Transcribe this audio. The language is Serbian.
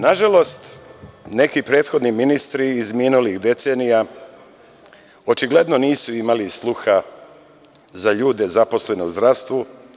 Nažalost, neki prethodni ministri iz minulih decenija očigledno nisu imali sluha za ljude zaposlene u zdravstvu.